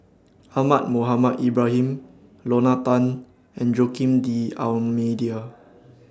Ahmad Mohamed Ibrahim Lorna Tan and Joaquim D'almeida